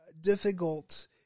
difficult